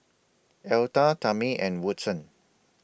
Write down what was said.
Alta Tamie and Woodson